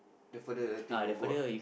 the further the thing will go ah